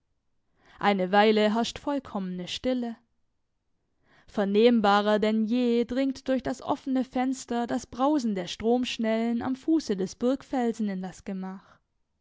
eine weile herrscht vollkommene stille vernehmbarer denn je dringt durch das offene fenster das brausen der stromschnellen am fuße des burgfelsens in das gemach